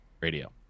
Radio